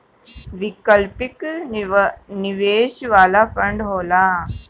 वैकल्पिक निवेश वाला फंड होला